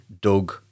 Doug